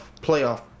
playoff